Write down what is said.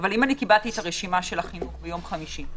אם קיבלתי את הרשימה של החינוך ביום חמישי,